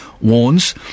warns